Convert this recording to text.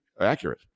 accurate